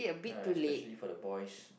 ya especially for the boys